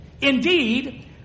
Indeed